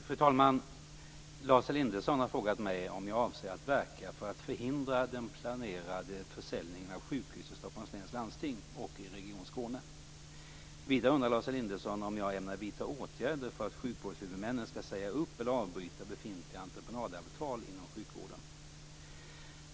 Fru talman! Lars Elinderson har frågat mig om jag avser att verka för att förhindra den planerade försäljningen av sjukhus i Stockholms läns landsting och i region Skåne. Vidare undrar Lars Elinderson om jag ämnar vidta åtgärder för att sjukvårdshuvudmännen skall säga upp eller avbryta befintliga entreprenadavtal inom sjukvården.